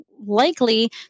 likely